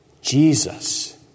Jesus